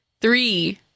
Three